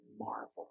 marvel